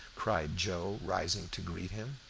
cried joe, rising to greet him,